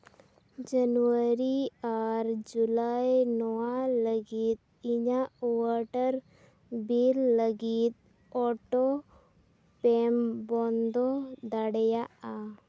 ᱡᱟᱱᱩᱣᱟᱨᱤ ᱟᱨ ᱡᱩᱞᱟᱭ ᱱᱚᱣᱟ ᱞᱟᱹᱜᱤᱫ ᱤᱧᱟᱹᱜ ᱚᱣᱟᱴᱟᱨ ᱵᱤᱞ ᱞᱟᱹᱜᱤᱫ ᱚᱴᱳ ᱯᱮᱹᱢ ᱵᱚᱱᱫᱚ ᱫᱟᱲᱮᱭᱟᱜᱼᱟ